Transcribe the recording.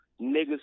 niggas